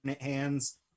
hands